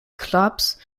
clubs